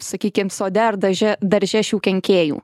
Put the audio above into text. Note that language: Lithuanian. sakykim sode ar daže darže šių kenkėjų